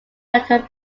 record